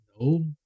No